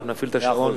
ואנחנו נפעיל את השעון